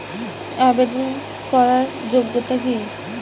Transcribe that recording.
আবেদন করার যোগ্যতা কি?